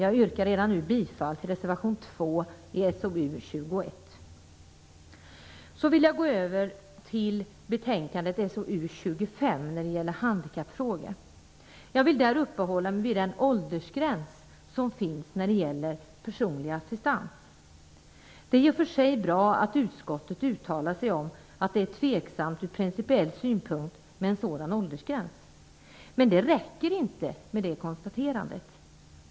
Jag yrkar redan nu bifall till reservation 2 i SoU21. Jag går så över till SoU25 om handikappfrågor. Jag vill där uppehålla mig vid den åldersgräns som finns när det gäller personlig assistans. Det är i och för sig bra att utskottet uttalat sig om att det är tveksamt ur principiell synpunkt med en sådan åldersgräns. Men det räcker inte med det konstaterandet.